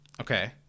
okay